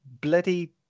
bloody